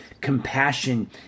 compassion